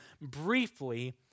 briefly